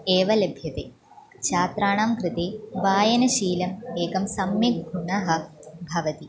एव लभ्यते छात्राणां कृते उपायनशीलम् एकं सम्यक् गुणः भवति